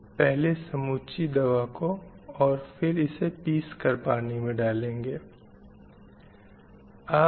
पहले समूची दावा को और फिर इसे पीसकर पानी में डालेंगे